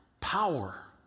Power